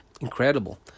incredible